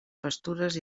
pastures